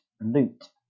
loot